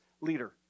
leader